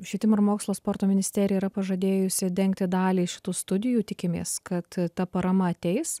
švietimo ir mokslo sporto ministerija yra pažadėjusi dengti dalį šitų studijų tikimės kad ta parama ateis